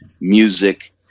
music